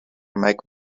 mike